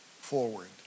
forward